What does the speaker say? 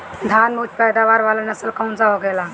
धान में उच्च पैदावार वाला नस्ल कौन सा होखेला?